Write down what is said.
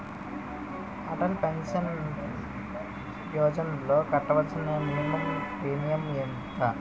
Atal pension యోజనలో కట్టవలసిన minimum premium ఎంత?